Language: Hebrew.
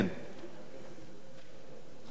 בבקשה, אדוני.